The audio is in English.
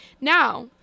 Now